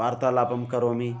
वार्तालापं करोमि